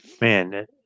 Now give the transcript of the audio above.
man